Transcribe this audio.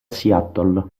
seattle